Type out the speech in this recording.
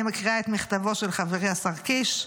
אני מקריאה את מכתבו של חברי השר קיש.